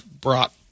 brought